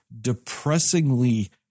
depressingly